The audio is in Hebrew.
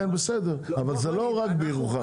כן, בסדר, אבל זה לא רק בירוחם.